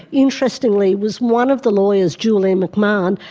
interestingly, was one of the lawyers, julian mcmahon,